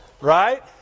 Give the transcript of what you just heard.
Right